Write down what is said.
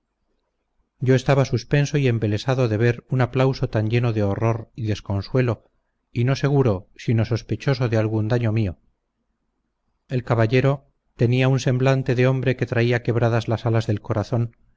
yo estaba suspenso y embelesado de ver un aplauso tan lleno de horror y desconsuelo y no seguro sino sospechoso de algún daño mío el caballero tenía un semblante de hombre que traía quebradas las alas del corazón